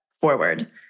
forward